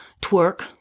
twerk